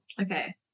Okay